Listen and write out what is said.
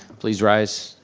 please rise.